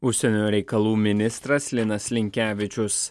užsienio reikalų ministras linas linkevičius